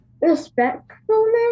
Respectfulness